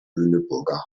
lüneburger